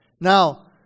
Now